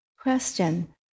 question